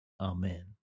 Amen